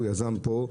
הוא יזם פה,